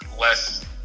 less